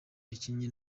yakinnye